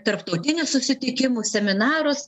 tarptautinius susitikimus seminarus